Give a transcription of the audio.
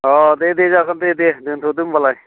अ दे दे जागोन दे दे दोनथ'दो होमबालाय